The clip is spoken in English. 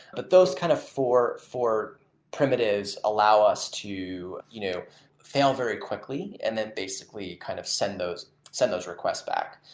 but those kind of four four primitives allow us to you know fail very quickly and then basically kind of send those send those requests back.